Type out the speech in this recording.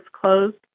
closed